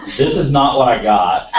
this is not what i got.